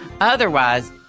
Otherwise